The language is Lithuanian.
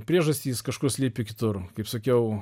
priežastys kažkur slypi kitur kaip sakiau